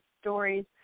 stories